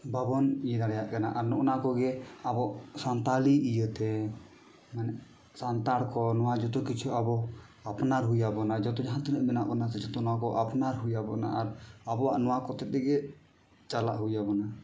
ᱵᱟᱵᱚᱱ ᱤᱭᱟᱹ ᱫᱟᱲᱮᱭᱟᱜ ᱠᱟᱱᱟ ᱟᱨ ᱱᱚᱜᱼᱚᱱᱟ ᱠᱚᱜᱮ ᱟᱵᱚ ᱥᱟᱱᱛᱷᱟᱞᱤ ᱤᱭᱟᱹᱛᱮ ᱢᱟᱱᱮ ᱥᱟᱱᱛᱟᱲ ᱠᱚ ᱱᱚᱣᱟ ᱡᱚᱛᱚᱠᱤᱪᱷᱩ ᱟᱵᱚ ᱟᱯᱱᱟᱨ ᱦᱩᱭᱟᱵᱚᱱᱟ ᱡᱚᱛᱚ ᱡᱟᱦᱟᱸ ᱛᱤᱱᱟᱹᱜ ᱢᱮᱱᱟᱜ ᱵᱚᱱᱟ ᱡᱚᱛᱚ ᱱᱚᱣᱟ ᱠᱚ ᱟᱯᱱᱟᱨ ᱦᱩᱭᱟᱵᱚᱱᱟ ᱟᱨ ᱟᱵᱚᱣᱟᱜ ᱱᱚᱣᱟ ᱠᱚ ᱦᱚᱛᱮᱡ ᱛᱮᱜᱮ ᱪᱟᱞᱟᱜ ᱦᱩᱭᱟᱵᱚᱱᱟ